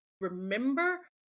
remember